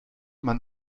man